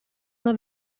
una